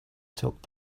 took